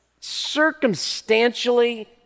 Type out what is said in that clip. circumstantially